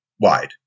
wide